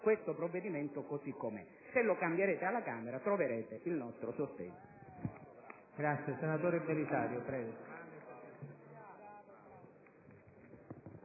questo provvedimento così com'è: se lo cambierete alla Camera troverete il nostro sostegno.